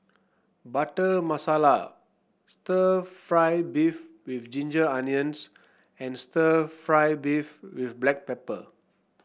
Butter Masala stir fry beef with Ginger Onions and stir fry beef with Black Pepper